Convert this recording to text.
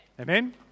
Amen